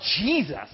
Jesus